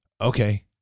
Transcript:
okay